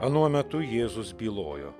anuo metu jėzus bylojo